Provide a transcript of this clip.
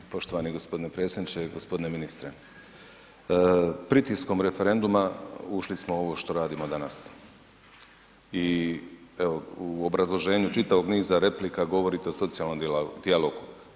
Poštovani gospodine predsjedniče, gospodine ministre, pritiskom referenduma ušli smo u ovo što radimo danas i evo u obrazloženju čitavog niza replika govorite o socijalnom dijalogu.